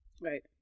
Right